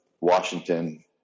Washington